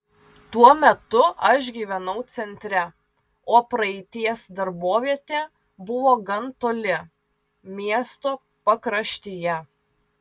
tuo metu aš gyvenau centre o praeities darbovietė buvo gan toli miesto pakraštyje